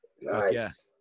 Nice